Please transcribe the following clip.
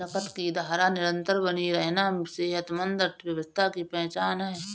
नकद की धारा निरंतर बनी रहना सेहतमंद अर्थव्यवस्था की पहचान है